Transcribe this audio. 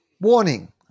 Warning